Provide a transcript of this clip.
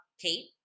Kate